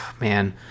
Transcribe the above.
man